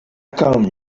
come